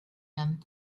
him